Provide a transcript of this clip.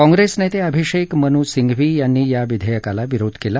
काँग्रेसनेते अभिषेक मनू सिंघवी यांनी या विधेयकाला विरोध केला